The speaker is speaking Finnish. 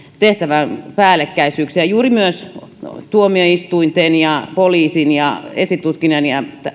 tehtävien päällekkäisyyksiä myös juuri tuomioistuinten poliisin esitutkinnan ja